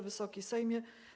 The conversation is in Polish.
Wysoki Sejmie!